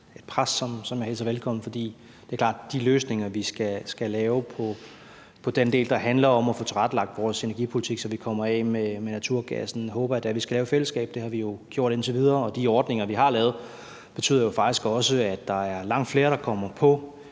et pres, som jeg hilser velkommen. For det er klart, at de løsninger, vi skal lave på den del, der handler om at få tilrettelagt vores energipolitik, så vi kommer af med naturgassen, håber jeg da at vi skal lave i fællesskab – det har vi jo gjort indtil videre. Og de ordninger, vi har lavet, betyder faktisk også, at der er langt flere, der kommer til